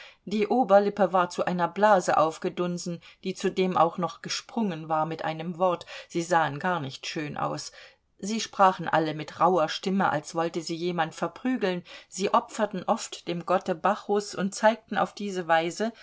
die oberlippe war zu einer blase aufgedunsen die zudem auch noch gesprungen war mit einem wort sie sahen gar nicht schön aus sie sprachen alle mit rauher stimme als wollten sie jemand verprügeln sie opferten oft dem gotte bacchus und zeigten auf diese weise